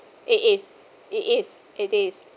it is it is it is